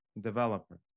developer